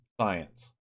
science